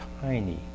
tiny